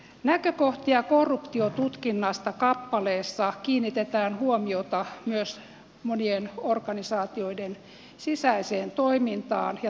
näkökohtia korruptiotutkinnasta kappaleessa kiinnitetään huomiota myös monien organisaatioiden sisäiseen toimintaan ja toimintakulttuuriin